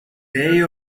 day